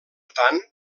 tant